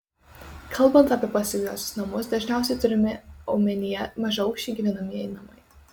kalbant apie pasyviuosius namus dažniausiai turimi omenyje mažaaukščiai gyvenamieji namai